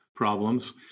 problems